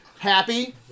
Happy